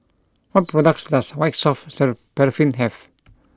what products does White Soft Paraffin have